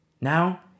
Now